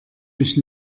mich